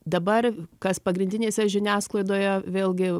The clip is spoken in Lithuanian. dabar kas pagrindinėse žiniasklaidoje vėlgi